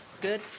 Good